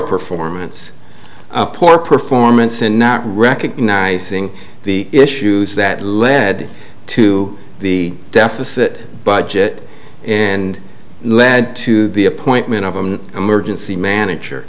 performance poor performance and not recognising the issues that led to the deficit budget and led to the appointment of i'm a mergence the manager